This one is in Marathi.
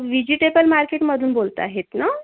विजिटेबल मार्केटमधून बोलता आहेत ना